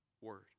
word